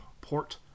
Port